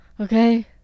Okay